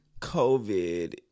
COVID